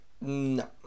No